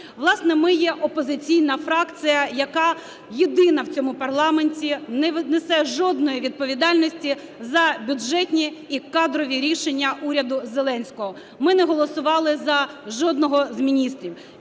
Власне, ми є опозиційна фракція, яка єдина в цьому парламенті не несе жодної відповідальності за бюджетні і кадрові рішення уряду Зеленського. Ми не голосували за жодного з міністрів.